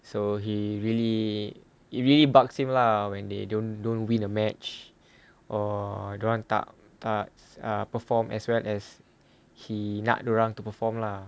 so he really it really bucks him lah when they don't don't win a match or dia orang tak tak uh perform as well as he nak dia orang to perform lah